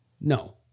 No